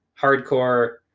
hardcore